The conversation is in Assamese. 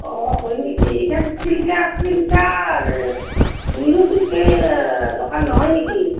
অ হয় নেকি এইখন চিল্কা চিল্কা দোকান নহয় নেকি